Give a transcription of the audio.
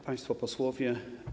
Państwo Posłowie!